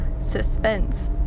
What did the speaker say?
Suspense